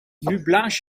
blaas